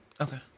Okay